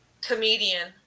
comedian